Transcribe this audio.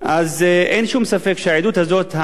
אין שום ספק שהעדות הזאת,